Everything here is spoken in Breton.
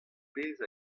pezh